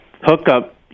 hookup